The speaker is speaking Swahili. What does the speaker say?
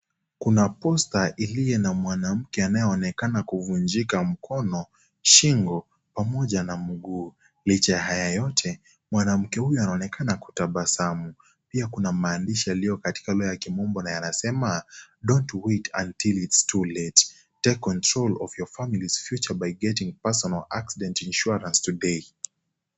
Kuna poster iliye na mwanamke anayeonekana kuvunjika mkono, shingo, pamoja na mguu licha ya hayo yote, mwanamke huyu anaonekana kutabasamu . Pia kuna maandishi yaliyo katika lugha ya kimombo yanasema, Don't wait until it's too late, take control of your family's future by getting your personal accident insurance today .